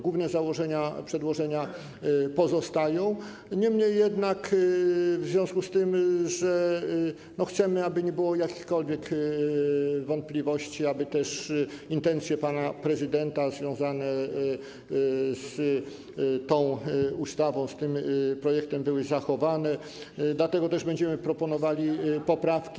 Główne założenia przedłożenia pozostają, niemniej jednak w związku z tym, że chcemy, aby nie było jakichkolwiek wątpliwości, aby intencje pana prezydenta związane z tą ustawą, z tym projektem były zachowane, będziemy proponowali poprawki.